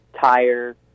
tire